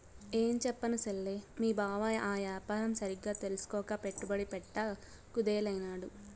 ఏంచెప్పను సెల్లే, మీ బావ ఆ యాపారం సరిగ్గా తెల్సుకోక పెట్టుబడి పెట్ట కుదేలైనాడు